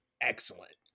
excellent